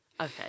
Okay